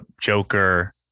Joker